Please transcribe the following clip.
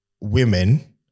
women